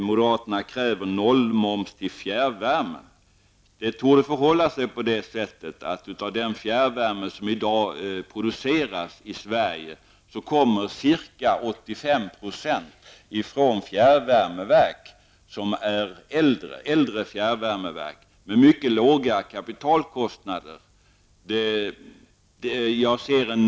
Moderaterna kräver nollmoms på fjärrvärme. Av den fjärrvärme som i dag produceras i Sverige torde ca 85 % komma ifrån äldre fjärrvärmeverk med mycket låga kapitalkostnader.